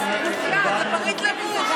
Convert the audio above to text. זה פריט לבוש.